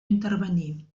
intervenir